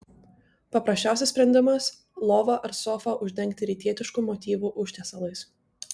paprasčiausias sprendimas lovą ar sofą uždengti rytietiškų motyvų užtiesalais